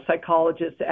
Psychologists